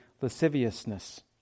lasciviousness